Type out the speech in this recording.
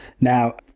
Now